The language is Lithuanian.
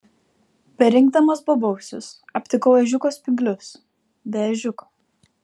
berinkdamas bobausius aptikau ežiuko spyglius be ežiuko